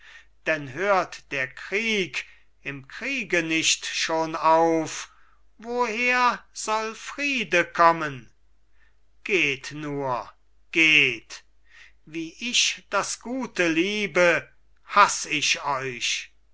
denn hört der krieg im kriege nicht schon auf woher soll friede kommen geht nur geht wie ich das gute liebe haß ich euch